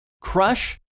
Crush